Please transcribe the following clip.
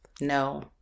No